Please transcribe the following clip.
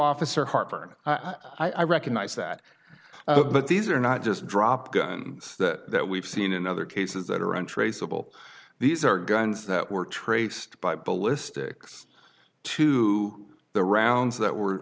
officer heartburn i recognize that but these are not just drop guns that we've seen in other cases that are untraceable these are guns that were traced by ballistics to the rounds that were